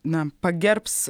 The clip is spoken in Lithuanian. na pagerbs